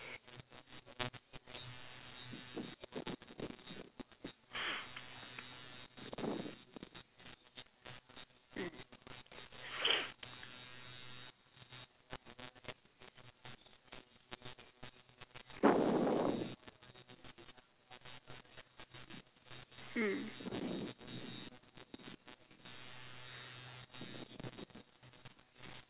mm mm